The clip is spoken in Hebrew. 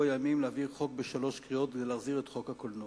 ימים להעביר חוק בשלוש קריאות כדי להחזיר את חוק הקולנוע.